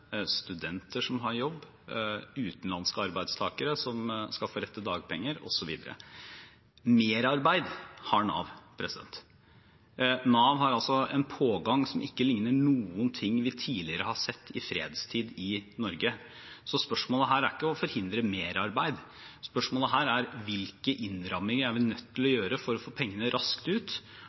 studenter som har jobb, utenlandske arbeidstakere som skal få rett til dagpenger, osv. Merarbeid har Nav. Nav har altså en pågang som ikke ligner noe vi tidligere har sett i fredstid i Norge. Spørsmålet her er ikke å forhindre merarbeid. Spørsmålet her er hvilke innramminger vi er nødt til å gjøre for å få pengene raskt ut